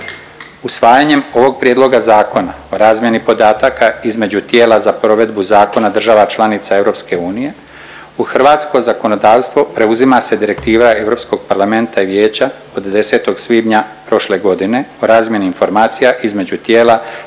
Usvajanjem ovog prijedloga Zakona o razmjeni podataka između tijela za provedbu zakona država članica EU u hrvatsko zakonodavstvo preuzima se Direktiva Europskog parlamenta i Vijeća od 10. svibnja prošle godine o razmjeni informacija između tijela